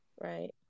right